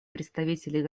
представителей